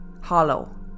hollow